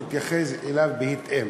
נתייחס אליו בהתאם.